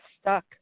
stuck